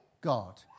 God